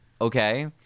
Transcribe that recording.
Okay